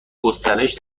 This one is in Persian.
گسترش